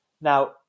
Now